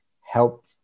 help